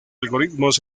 algoritmos